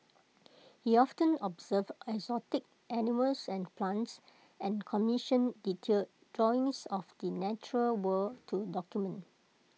he often observed exotic animals and plants and commissioned detailed drawings of the natural world to document